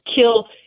kill